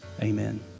Amen